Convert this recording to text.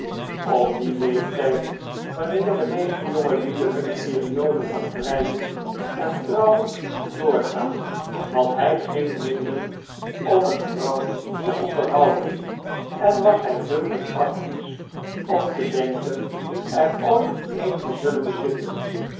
op dien leeftijd wanneer de meeste jongelieden hunne periode van vrijen en trouwen doorgaan had hy geen middelen om eene vrouw te onderhouden en was hy veel te practisch om te denken er ooit een te zullen bezitten